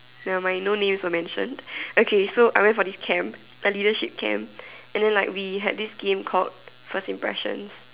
never mind no names were mentioned okay so I went for this camp a leadership camp and then like we had this game called first impressions